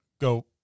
go